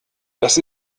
das